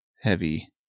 heavy